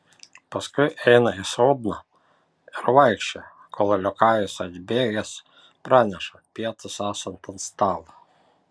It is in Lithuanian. paskui eina į sodną ir vaikščioja kol liokajus atbėgęs praneša pietus esant ant stalo